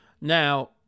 now